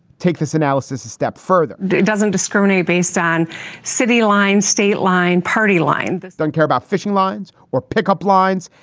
take this analysis a step further it doesn't discriminate based on city line. state line. party line don't care about fishing lines or pickup lines.